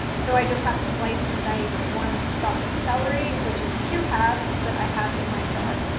so i just have to slice and dice one stalk of celery, which is two halves that i have in my jar.